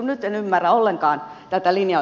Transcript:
nyt en ymmärrä ollenkaan tätä linjaa